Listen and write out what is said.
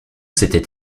s’était